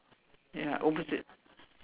ya opposite